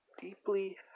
deeply